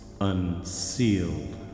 unsealed